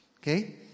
Okay